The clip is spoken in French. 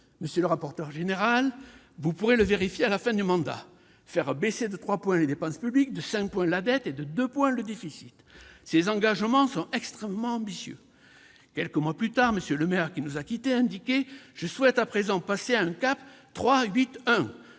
monsieur le rapporteur général, vous pourrez le vérifier à la fin du mandat : faire baisser de trois points les dépenses publiques, de cinq points la dette et de deux points le déficit. Ces engagements sont extrêmement ambitieux. » Quelques mois plus tard, M. Le Maire, qui n'assiste plus à cette séance, indiquait :« Je souhaite à présent passer à un cap "